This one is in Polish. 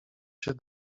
się